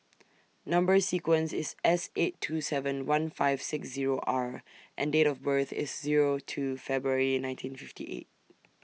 Number sequence IS S eight two seven one five six Zero R and Date of birth IS Zero two February nineteen fifty eight